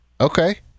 okay